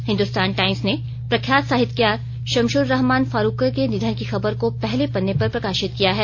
Hindustan Times ने प्रख्यात साहित्यकार शम्सुर्रहमान फारूकी के निधन की खबर को पहले पन्ने पर प्रकाशित किया है